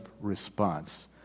response